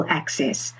access